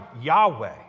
Yahweh